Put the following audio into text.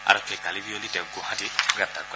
আৰক্ষীয়ে কালি বিয়লি তেওঁক গুৱাহাটীত গ্ৰেপ্তাৰ কৰে